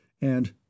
and—